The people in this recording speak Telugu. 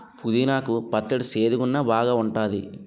పుదీనా కు పచ్చడి సేదుగున్నా బాగేఉంటాది